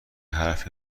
حرف